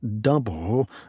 double